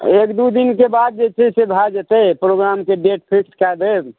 एक दू दिन के बाद जे छै से भय जेतै प्रोग्राम के बेस छूट कय देब